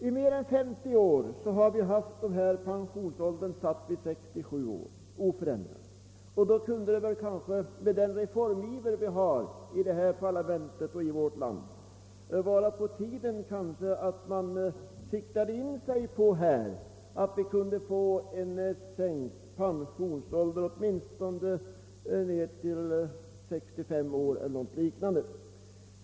I mer än 50 år har pensionsåldern varit 67 år. Med den reformiver vi har i detta parlament och i vårt land kunde det då kanske vara på tiden att vi inriktade oss på att sänka pensionsåldern med ett första steg till 65 år.